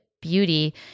beauty